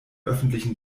öffentlichen